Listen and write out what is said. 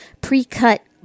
pre-cut